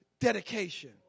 dedication